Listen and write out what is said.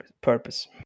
purpose